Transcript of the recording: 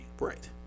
Right